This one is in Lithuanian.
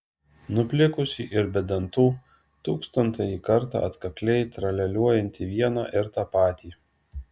nuplikusį ir be dantų tūkstantąjį kartą atkakliai tralialiuojantį vieną ir tą patį